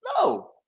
No